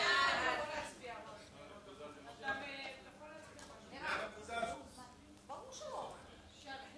ההצעה להעביר את הצעת חוק לתיקון פקודת היבוא והיצוא (מס' 5)